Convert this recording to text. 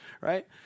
right